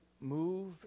move